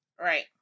Right